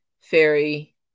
fairy